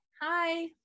Hi